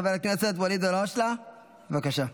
חבר הכנסת ואליד אלהואשלה, בבקשה.